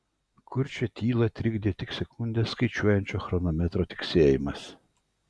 kurčią tylą trikdė tik sekundes skaičiuojančio chronometro tiksėjimas